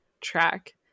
track